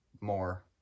more